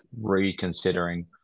reconsidering